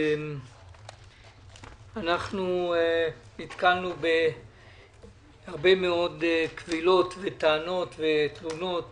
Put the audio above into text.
אנחנו נתקלנו בהרבה מאוד קבילות, טענות ותלונות